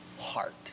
heart